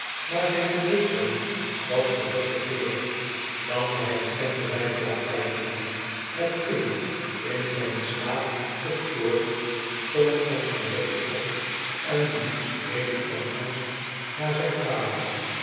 maar zijn bewustzijn was teruggekeerd want hij herkende mij klaarblijkelijk het kind in zijn slaap gestoord stond van zijn bedje op en liep schreeuwend van angst naar zijn vader